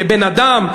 כבן-אדם,